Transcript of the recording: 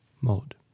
mode